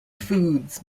foods